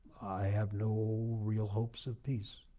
have no real hopes of peace.